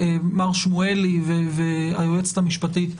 מר שמואלי והיועצת המשפטית,